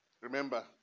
Remember